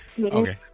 Okay